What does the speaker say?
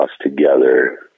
together